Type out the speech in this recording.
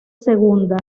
segunda